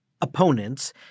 opponents